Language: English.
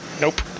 Nope